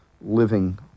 living